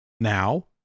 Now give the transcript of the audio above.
now